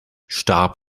starb